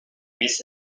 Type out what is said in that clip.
miss